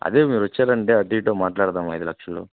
అదే మీరు వచ్చారు అంటే అటు ఇటు మాట్లాడుదాము ఐదు లక్షలు